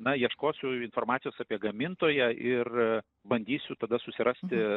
na ieškosiu informacijos apie gamintoją ir bandysiu tada susirasti